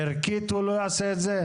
ערכית הוא לא יעשה את זה?